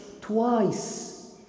twice